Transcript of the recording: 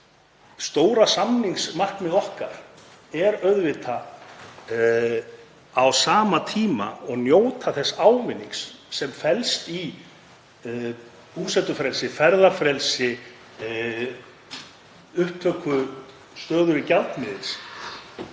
Stóra samningsmarkmið okkar er auðvitað, á sama tíma og að njóta þess ávinnings sem felst í búsetufrelsi, ferðafrelsi, upptöku stöðugri gjaldmiðils,